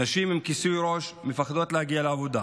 נשים עם כיסוי ראש מפחדות להגיע לעבודה.